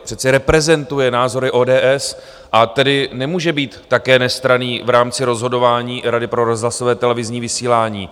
Přece reprezentuje názory ODS, a tedy nemůže být také nestranný v rámci rozhodování Rady pro rozhlasové a televizní vysílání.